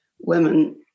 women